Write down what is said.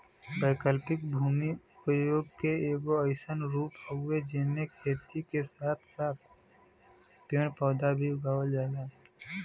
वैकल्पिक भूमि उपयोग के एगो अइसन रूप हउवे जेमे खेती के साथ साथ पेड़ पौधा भी उगावल जाला